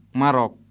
marok